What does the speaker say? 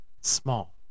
small